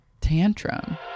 tantrum